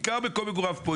עיקר מקום מגוריו כאן.